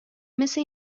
مثل